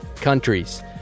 countries